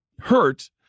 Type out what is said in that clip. hurt